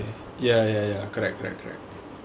okay okay ya ya ya correct correct correct